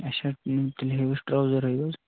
اَچھا تیٚلہِ ہٲیو اَسہِ ٹروزرٕے آز